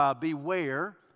beware